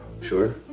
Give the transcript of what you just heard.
Sure